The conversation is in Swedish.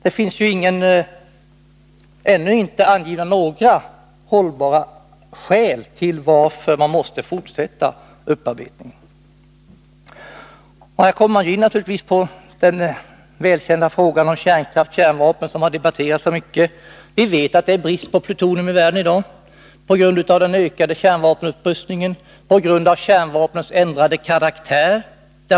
Det finns ännu inte angivna några hållbara skäl till att man måste fortsätta upparbetningen. Här kommer man naturligtvis in på den välkända frågan om kärnkraft och kärnvapen, som har diskuterats så mycket. Vi vet att det i dag är brist på plutonium i världen på grund av den ökade kärnvapenupprustningen och på grund av kärnvapnens ändrade karaktär.